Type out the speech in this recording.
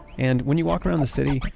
and when you walk around the city, like